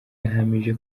yahamije